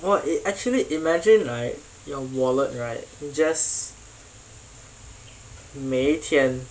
!wah! actually imagine right your wallet right just 每一天